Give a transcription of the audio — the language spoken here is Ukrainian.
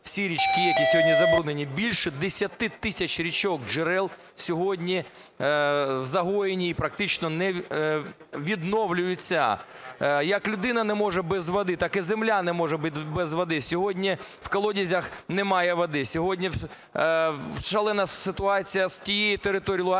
всі річки, які сьогодні забруднені. Більше 10 тисяч річок, джерел сьогодні загноєні і практично не відновлюються. Як людина не може без води, так і земля не може без води. Сьогодні в колодязях немає води. Сьогодні шалена ситуація з тією територією Луганської